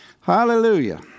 Hallelujah